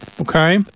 Okay